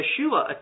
Yeshua